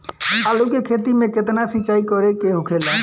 आलू के खेती में केतना सिंचाई करे के होखेला?